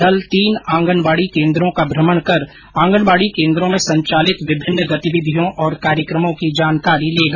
दल तीन आंगनबाडी केन्द्रों का भ्रमण कर आंगनबाडी केन्द्रों में संचालित विभिन्न गतिविधियों और कार्यकमों की जानकारी लेगा